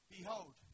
Behold